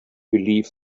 believe